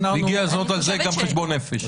והגיע הזמן לעשות על זה גם חשבון נפש.